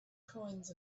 coins